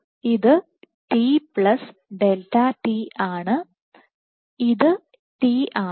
ഇത് t plus delta t t∆tആണ് ഇത് t ആണ്